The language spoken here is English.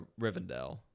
Rivendell